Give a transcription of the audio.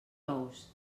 ous